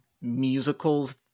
musicals